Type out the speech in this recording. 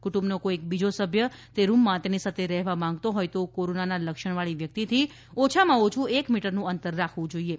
કુટુંબનો કોઇ બીજો સભ્ય તે રૂમમાં તેની સાથે રહેવા માંગતો હોય તો કોરોનાના લક્ષણવાળી વ્યક્તિથી ઓછામાં ઓછું એક મીટરનું અંતર રાખવું જોઇએ